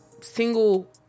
single